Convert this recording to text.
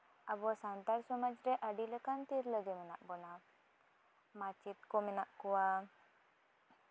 ᱟᱵᱚ ᱥᱟᱱᱛᱟᱲ ᱥᱚᱢᱟᱡᱨᱮ ᱟᱹᱰᱤ ᱞᱮᱠᱟᱱ ᱛᱤᱨᱞᱟᱹᱜᱮ ᱢᱮᱱᱟᱜ ᱵᱚᱱᱟ ᱢᱟᱪᱮᱫ ᱠᱚ ᱢᱮᱱᱟᱜ ᱠᱚᱣᱟ